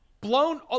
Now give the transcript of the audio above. blown